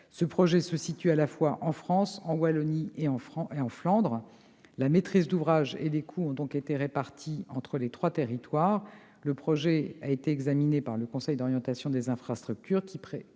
Ce projet se situe à la fois en France, en Wallonie et en Flandre. La maîtrise d'ouvrage et les coûts ont donc été répartis entre les trois territoires. Le projet a été examiné par le Conseil d'orientation des infrastructures, qui préconise